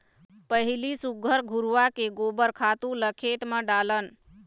पहिली सुग्घर घुरूवा के गोबर खातू ल खेत म डालन